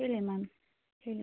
ಹೇಳಿ ಮ್ಯಾಮ್ ಹೇಳಿ